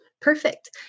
Perfect